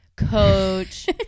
Coach